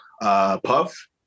Puff